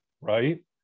right